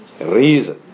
reason